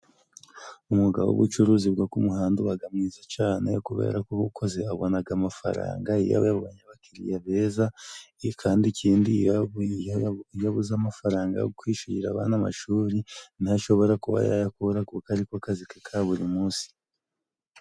Umwuga w'ubucuruzi bwo ku muhanda ubaga mwiza cane kuberako ubukoze abonaga amafaranga iyo yabonye abakiriya beza, i kandi ikindi iyo abuze amafaranga yo kwishurira abana amashuri niho ashobora kuba yayakura kuko ariko kazi ke ka buri munsi.